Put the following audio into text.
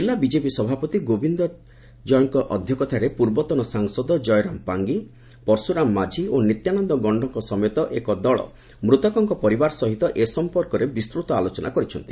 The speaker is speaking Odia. ଜିଲ୍ଲା ବିଜେପି ସଭାପତି ଗୋବିନ୍ଦ ଜୟଙ୍ଙ ଅଧ୍ୟକ୍ଷତାରେ ପୂର୍ବତନ ସାଂସଦ ଜୟରାମ ପାଙ୍ଗି ପର୍ଶୁରାମ୍ ମାଝି ଓ ନିତ୍ୟାନନ୍ଦ ଗଣ୍ଣଙ୍କ ସମେତ ଏକ ଦଳ ମୃତକଙ୍କ ପରିବାର ସହିତ ଏ ସମ୍ମର୍କରେ ବିସ୍ତୃତ ଆଲୋଚନା କରିଛନ୍ତି